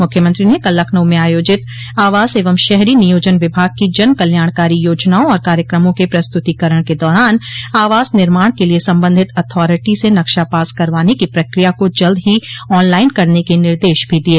मूख्यमंत्री ने कल लखनऊ में आयोजित आवास एवं शहरी नियोजन विभाग की जनकल्याणकारी योजनाओं और कार्यक्रमों के प्रस्तुतीकरण के दौरान आवास निर्माण के लिए संबंधित अथारिटी से नक्शा पास करवाने की प्रक्रिया को जल्द ही ऑन लाइन करने के निर्देश भी दिये